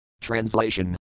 Translation